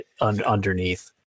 underneath